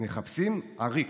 מחפשים עריק,